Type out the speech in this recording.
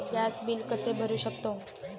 Gas bill कसे भरू शकतो?